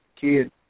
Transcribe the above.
kid